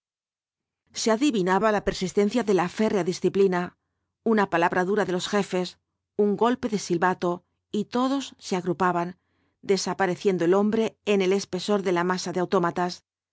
se adivinaba la persistencia de la férrea disciplina una palabra dura de los jefes un golpe de silbato y todos se agrupaban desapareciendo el hombre en el espe sor de la masa de